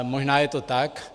Možná je to tak.